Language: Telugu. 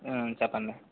చెప్పండి